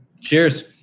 cheers